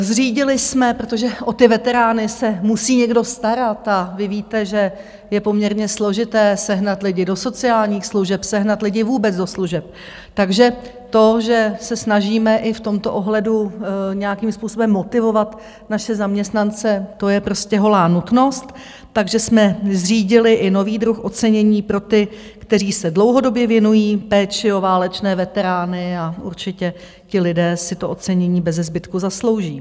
Zřídili jsme protože o ty veterány se musí někdo starat, a vy víte, že je poměrně složité sehnat lidi do sociálních služeb, sehnat lidi vůbec do služeb, takže to, že se snažíme i v tomto ohledu nějakým způsobem motivovat naše zaměstnance, to je prostě holá nutnost takže jsme zřídili i nový druh ocenění pro ty, kteří se dlouhodobě věnují péči o válečné veterány, a určitě ti lidé si to ocenění bezezbytku zaslouží.